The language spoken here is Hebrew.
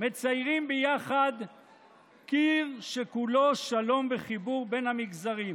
מציירים ביחד "קיר שכולו שלום וחיבור בין המגזרים".